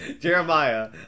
Jeremiah